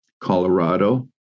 Colorado